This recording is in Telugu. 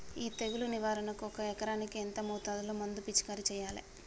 ఈ తెగులు నివారణకు ఒక ఎకరానికి ఎంత మోతాదులో మందు పిచికారీ చెయ్యాలే?